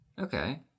Okay